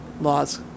laws